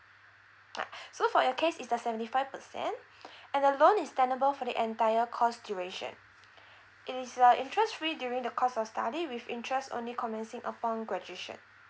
ah so for your case is the seventy five percent and the loan is tenable for the entire course duration it is uh interest free during the course of study with interest only commencing upon graduation